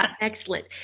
Excellent